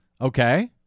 Okay